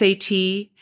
SAT